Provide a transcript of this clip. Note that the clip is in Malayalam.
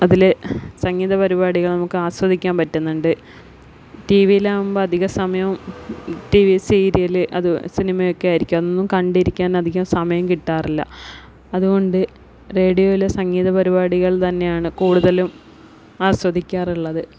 അതിലെ സംഗീത പരിപാടികൾ നമുക്ക് ആസ്വദിക്കാൻ പറ്റുന്നുണ്ട് ടി വിയിലാവുമ്പോൾ അധിക സമയവും ടി വി സീരിയല് അത് സിനിമയൊക്കെ ആയിരിക്കും അതൊന്നും കണ്ടിരിക്കാൻ അധികം സമയം കിട്ടാറില്ല അതുകൊണ്ട് റേഡിയോയിലെ സംഗീത പരിപാടികൾ തന്നെയാണ് കൂടുതലും ആസ്വദിക്കാറുള്ളത്